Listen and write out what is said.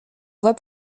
voie